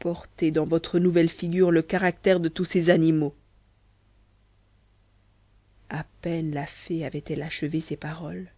portez dans votre nouvelle figure le caractère de tous ces animaux à peine la fée avait-elle achevé ces paroles